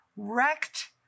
wrecked